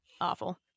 awful